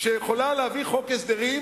שיכולה להביא חוק הסדרים,